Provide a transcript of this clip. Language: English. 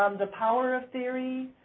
um the power of theory.